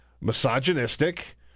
misogynistic